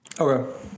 Okay